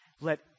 let